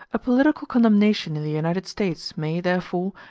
a political condemnation in the united states may, therefore,